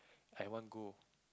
I want go